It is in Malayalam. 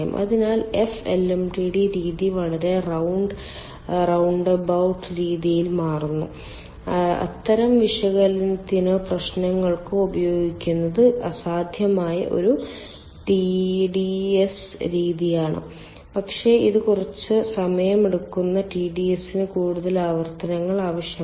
അതിനാൽ എഫ് എൽഎംടിഡി രീതി വളരെ റൌണ്ട് എബൌട്ട് രീതിയായി മാറുന്നു അത്തരം വിശകലനത്തിനോ പ്രശ്നങ്ങൾക്കോ പ്രയോഗിക്കുന്നത് അസാധ്യമായ ഒരു ടിഡിഎസ് രീതിയാണ് പക്ഷേ ഇത് കുറച്ച് സമയമെടുക്കുന്ന ടിഡിഎസിന് കൂടുതൽ ആവർത്തനങ്ങൾ ആവശ്യമാണ്